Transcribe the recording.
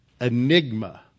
enigma